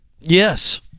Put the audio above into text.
Yes